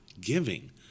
giving